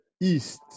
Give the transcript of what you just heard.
East